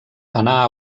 anar